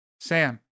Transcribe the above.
Sam